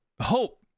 hope